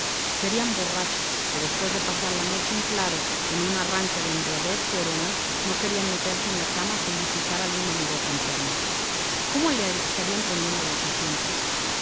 serían borrachos que después de pasar la noche en claro en un arranque de embriaguez llorona no querían meterse en la cama sin visitar algún amigote enfermo cómo le estarían poniendo los asientos